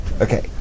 Okay